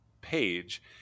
page